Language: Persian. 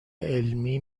علمی